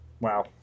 Wow